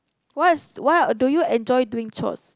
what's what do you enjoy doing chores